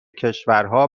کشورها